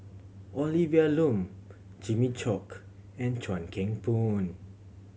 Olivia Lum Jimmy Chok and Chuan Keng Boon